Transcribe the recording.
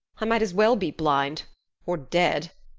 i might as well be blind or dead.